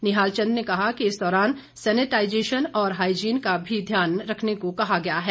निहाल चंद ने कहा कि इस दौरान सैनिटाईजेशन और हाईजीन का भी ध्यान रखने को कहा गया है